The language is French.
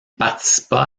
participa